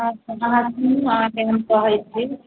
हँ अहाँ सुनू अहाँके हम कहै छी